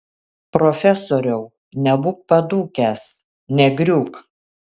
profesoriau nebūk padūkęs negriūk